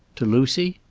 to lucy?